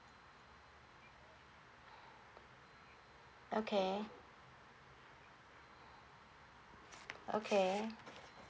okay okay